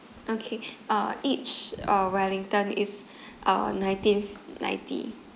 okay uh each uh wellington is uh nineteen ninety